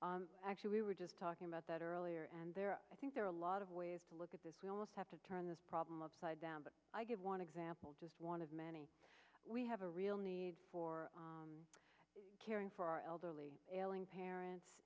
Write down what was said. ability actually we were just talking about that earlier and there i think there are a lot of ways to look at this we all have to turn this problem upside down but i give one example just one of many we have a real need for caring for our elderly ailing parents